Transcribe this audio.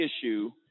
issue